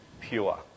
pure